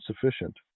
sufficient